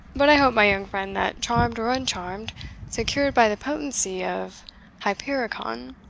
but i hope my young friend, that, charmed or uncharmed secured by the potency of hypericon,